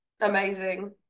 amazing